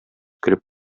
көлеп